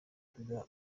perezida